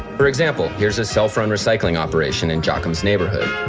for example here's self-run recycling operation in jockin's neighborhood.